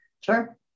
Sure